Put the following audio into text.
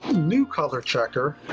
new color checker,